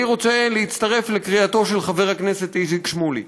אני רוצה להצטרף לקריאתו של חבר הכנסת איציק שמולי.